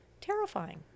terrifying